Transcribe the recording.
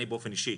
אני באופן אישי.